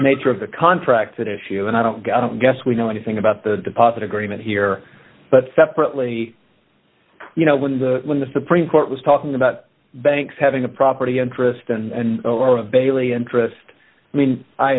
the nature of the contract that if you and i don't guess we know anything about the deposit agreement here but separately you know when the when the supreme court was talking about banks having a property interest and or a bailey interest i mean i